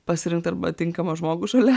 pasirinkt arba tinkamą žmogų šalia